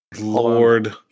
Lord